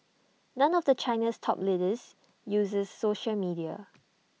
none of China's top leaders uses social media